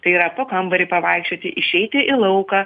tai yra po kambarį pavaikščioti išeiti į lauką